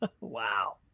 Wow